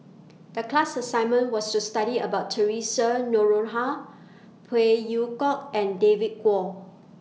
The class assignment was to study about Theresa Noronha Phey Yew Kok and David Kwo